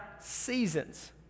seasons